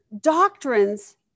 doctrines